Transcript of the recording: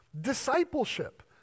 discipleship